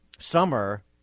Summer